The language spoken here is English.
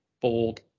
bold